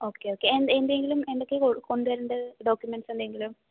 okay okay എന്തെങ്കിലും എന്തൊക്കെയാണ് കൊണ്ടുവരേണ്ടത് ഡോക്യുമെന്റ്സ് എന്തെങ്കിലും